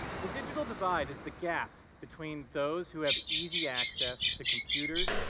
the digital divide is the gap between those who have easy access to computers,